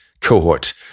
cohort